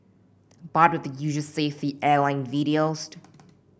bored with the usual safety airline videos